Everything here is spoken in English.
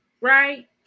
right